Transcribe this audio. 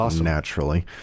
naturally